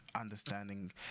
understanding